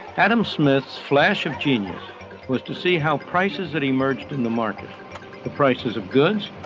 adam smith's flash of genius was to see how prices that emerged in the market the prices of goods,